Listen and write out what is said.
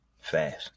fast